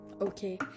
okay